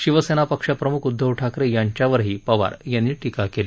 शिवसेना पक्षप्रम्ख उद्धव ठाकरे यांच्यावरही पवार यांनी टीका केली